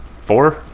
Four